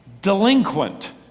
delinquent